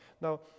Now